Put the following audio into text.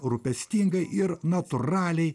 rūpestingai ir natūraliai